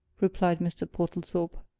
replied mr. portlethorpe.